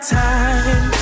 time